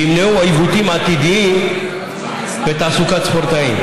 וימנעו עיוותים עתידיים בתעסוקת ספורטאים.